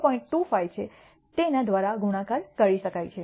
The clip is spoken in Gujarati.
25 છે તેના દ્વારા ગુણાકાર કરી શકાય છે